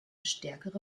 stärkere